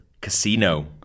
Casino